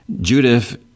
Judith